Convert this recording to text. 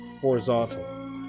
horizontal